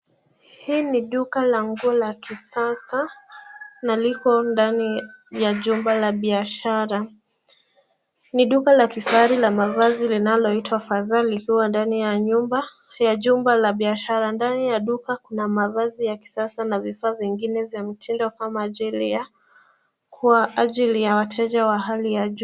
Hii ni duka la nguo la kisasa na liko ndani ya jumba la biashara. Ni duka la kifahari la mavazi linaloitwa cs[Fazal]cs ikiwa ndani ya nyumba ya jumba la biashara. Ndani ya duka kuna mavazi ya kisasa na vifaa vingine vya mtindo kwa ajili ya wateja wa hali ya juu.